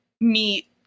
meet